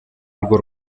urwo